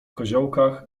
koziołkach